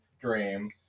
Dream